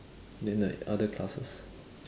then like other classes